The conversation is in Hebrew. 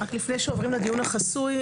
רק לפני שעוברים לדיון החסוי,